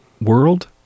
world